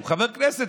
הוא חבר כנסת.